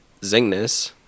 Zingness